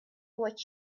what